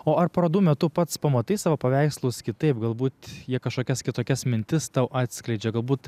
o ar parodų metu pats pamatai savo paveikslus kitaip galbūt jie kažkokias kitokias mintis tau atskleidžia galbūt